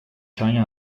teanga